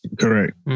Correct